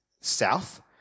south